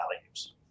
values